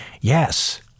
Yes